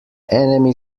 enemy